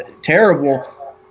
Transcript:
terrible